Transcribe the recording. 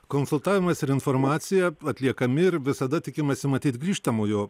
konsultavimas ir informacija atliekami ir visada tikimasi matyt grįžtamojo